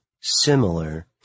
similar